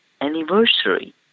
anniversary